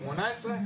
18,